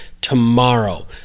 tomorrow